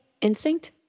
instinct